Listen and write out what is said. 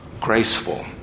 graceful